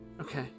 okay